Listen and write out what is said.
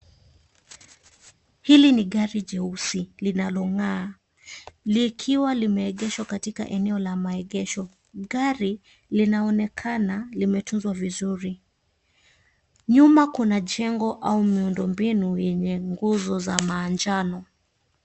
Hili ni gari jeusi linalong'aa likiwa limeegeshwa katika eneo la maegesho. Gari linaonekana limetunzwa vizuri. Nyuma kuna jengo au muundo mbinu yenye nguzo za manjano.